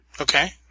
Okay